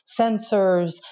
sensors